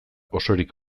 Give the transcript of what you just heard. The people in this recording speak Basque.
osorik